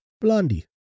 Blondie